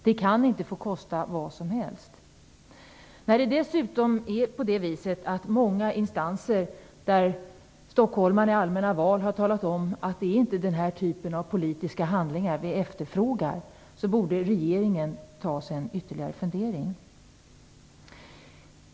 Det kan inte få kosta vad som helst. När det dessutom finns många instanser där vi stockholmare i allmänna val har talat om att det inte är den här typen av politiska handlingar vi efterfrågar, borde regeringen ta sig ytterligare en funderare.